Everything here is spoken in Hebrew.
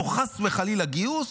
או חס וחלילה "גיוס"